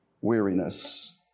weariness